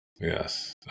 yes